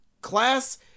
class